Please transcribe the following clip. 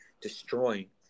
destroying